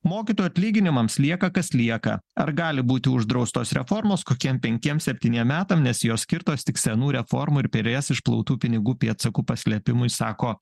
mokytojų atlyginimams lieka kas lieka ar gali būti uždraustos reformos kokiem penkiem septyniem metam nes jos skirtos tik senų reformų ir per jas išplautų pinigų pėdsakų paslėpimui sako